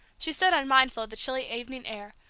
she stood unmindful of the chilly evening air,